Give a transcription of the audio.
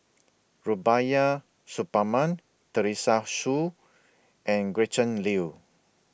Rubiah Suparman Teresa Hsu and Gretchen Liu